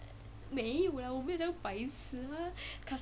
没有啦我没有这样白痴啦